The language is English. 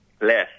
less